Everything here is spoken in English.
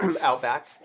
outback